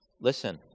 Listen